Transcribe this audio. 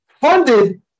funded